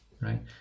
right